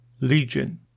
Legion